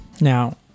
Now